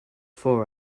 for